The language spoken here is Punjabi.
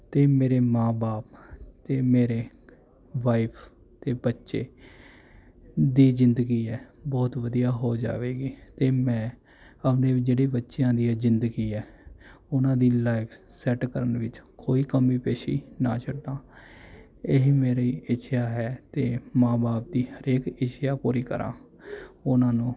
ਅਤੇ ਮੇਰੇ ਮਾਂ ਬਾਪ ਅਤੇ ਮੇਰੇ ਵਾਈਫ ਅਤੇ ਬੱਚੇ ਦੀ ਜ਼ਿੰਦਗੀ ਹੈ ਬਹੁਤ ਵਧੀਆ ਹੋ ਜਾਵੇਗੀ ਅਤੇ ਮੈਂ ਆਪਣੇ ਜਿਹੜੇ ਬੱਚਿਆਂ ਦੀ ਜ਼ਿੰਦਗੀ ਆ ਉਹਨਾਂ ਦੀ ਲਾਈਫ ਸੈੱਟ ਕਰਨ ਵਿੱਚ ਕੋਈ ਕਮੀ ਪੇਸ਼ੀ ਨਾ ਛੱਡਾ ਇਹ ਮੇਰੇ ਇੱਛਾ ਹੈ ਅਤੇ ਮਾਂ ਬਾਪ ਦੀ ਹਰੇਕ ਇੱਛਾ ਪੂਰੀ ਕਰਾਂ ਉਹਨਾਂ ਨੂੰ